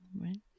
Right